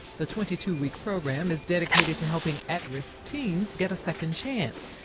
the twenty two week program is dedicated to helping at-risk teens get a second chance.